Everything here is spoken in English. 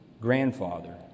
grandfather